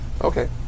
Okay